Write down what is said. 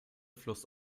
fluss